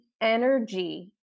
energy